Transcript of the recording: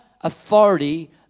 authority